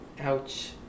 Ouch